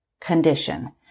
condition